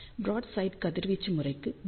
broadside கதிர்வீச்சு முறைக்கு βxβy0